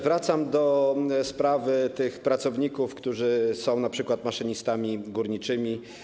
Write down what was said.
Wracam do sprawy pracowników, którzy są np. maszynistami górniczymi.